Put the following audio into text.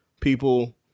people